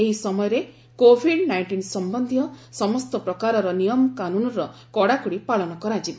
ଏହି ସମୟରେ covid nineteen ସମ୍ଭନ୍ଧୀୟ ସମସ୍ତ ପ୍ରକାରର ନିୟମ କାନୁନ୍ର କଡ଼ାକଡ଼ି ପାଳନ କରାଯିବ